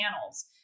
channels